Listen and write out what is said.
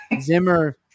Zimmer